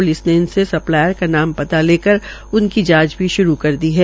police ने इनसे supplier का नाम पता लेकर कर उसकी जांच भी शरू कर दी है